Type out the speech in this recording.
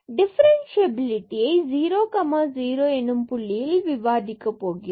டிஃபரன்ஸ்சியபிலிட்டியை 00 எனும் புள்ளியில் விவாதிக்கப் போகிறோம்